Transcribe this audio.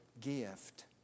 gift